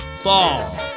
fall